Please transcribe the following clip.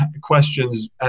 questions